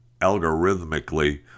algorithmically